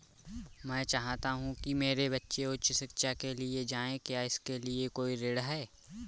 मैं चाहता हूँ कि मेरे बच्चे उच्च शिक्षा के लिए जाएं क्या इसके लिए कोई ऋण है?